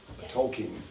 Tolkien